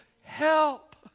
help